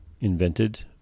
invented